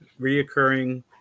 reoccurring